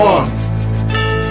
One